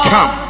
Come